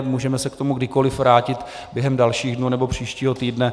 Můžeme se k tomu kdykoli vrátit během dalších dnů nebo příštího týdne.